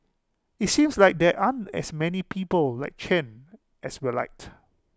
IT seems like there aren't as many people like Chen as we'd liked